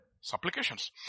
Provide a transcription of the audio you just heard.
supplications